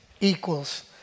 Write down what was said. equals